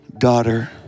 Daughter